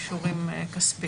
כספיים.